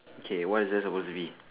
okay what is there suppose to be